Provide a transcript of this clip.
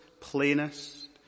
plainest